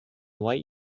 white